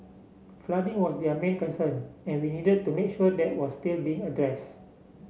flooding was their main concern and we needed to make sure that was still being address